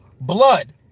blood